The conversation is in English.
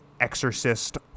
exorcist